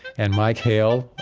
and mike hale,